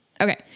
Okay